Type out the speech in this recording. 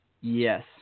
Yes